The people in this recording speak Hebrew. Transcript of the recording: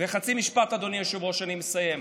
חצי משפט, אדוני היושב-ראש, ואני אסיים.